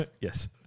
yes